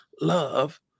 love